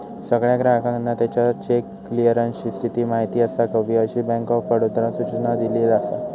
सगळ्या ग्राहकांका त्याच्या चेक क्लीअरन्सची स्थिती माहिती असाक हवी, अशी बँक ऑफ बडोदानं सूचना दिली असा